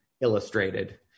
illustrated